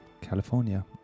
California